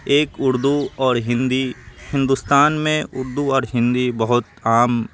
ایک اردو اور ہندی ہندوستان میں اردو اور ہندی بہت عام